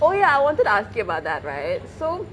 oh ya I wanted ask you about that right so